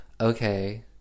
okay